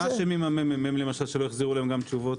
מה אשמים הממ"מ למשל שלא החזירו להם תשובות?